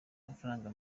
amafaranga